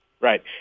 Right